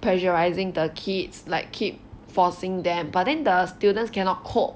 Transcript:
pressurising the kids like keep forcing them but then the students cannot cope